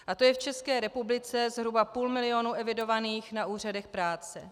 A to je v České republice zhruba půl milionů evidovaných na úřadech práce.